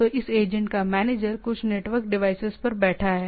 तो इस एजेंट का मैनेजर कुछ नेटवर्क डिवाइसेज पर बैठा है